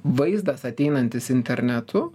vaizdas ateinantis internetu